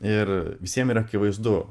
ir visiem yra akivaizdu